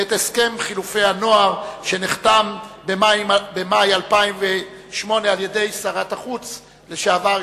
ואת ההסכם לחילופי נוער שנחתם במאי 2008 על-ידי שרת החוץ לשעבר,